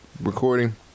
recording